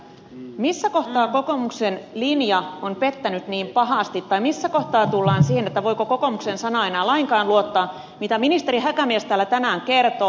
missä kohtaa kokoomuksen linja on pettänyt niin pahasti tai missä kohtaa tullaan siihen voiko kokoomuksen sanaan ja siihen enää lainkaan luottaa mitä ministeri häkämies täällä tänään kertoo